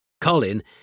Colin